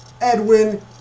Edwin